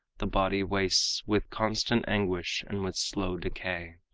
the body wastes with constant anguish and with slow decay.